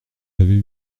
avez